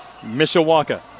Mishawaka